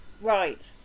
Right